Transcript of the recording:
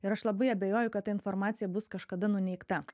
ir aš labai abejoju kad ta informacija bus kažkada nuneigta